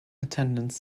attendance